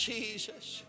Jesus